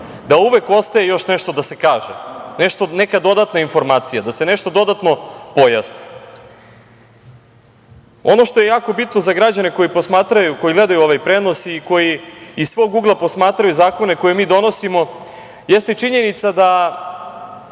da uvek ostaje još nešto da se kaže, neka dodatna informacija, da se nešto dodatno pojasni. Ono što je jako bitno za građane koji gledaju ovaj prenos, koji iz svog ugla posmatraju zakone koje mi donosimo jeste i činjenica da